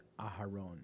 Aharon